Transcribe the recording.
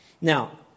Now